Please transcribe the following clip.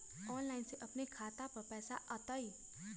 Online से अपने के खाता पर पैसा आ तई?